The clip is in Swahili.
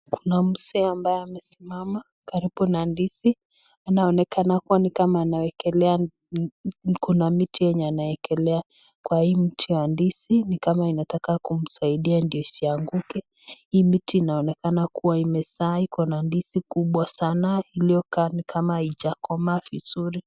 Kuna mzee ambaye amesimama karibu na ndizi ,inaonekana kuwa ni kama anaekelea kuna miti yenye anaekelea kwa hii mti ya ndizi ni kama inataka kumsaidia ndio isianguke ,hii miti inaonekana kuwa imezaa iko na ndizi kubwa sana iliyokaa ni kama haijakomaa vizuri.